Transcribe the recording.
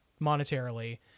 monetarily